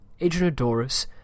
Adrianodorus